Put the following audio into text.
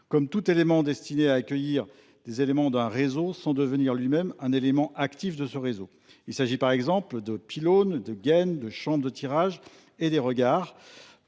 élément d'un réseau destiné à accueillir des éléments d'un réseau sans devenir lui-même un élément actif du réseau ». Il s'agit par exemple des pylônes, des gaines, des chambres de tirage, des regards,